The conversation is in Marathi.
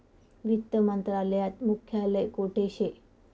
वित्त मंत्रालयात मुख्यालय कोठे शे